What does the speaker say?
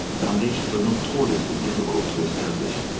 foundations are notoriously difficult to establish.